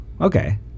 okay